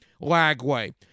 Lagway